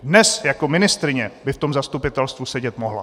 Dnes jako ministryně by v tom zastupitelstvu sedět mohla.